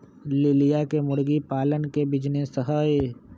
लिलिया के मुर्गी पालन के बिजीनेस हई